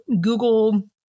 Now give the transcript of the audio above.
Google